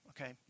okay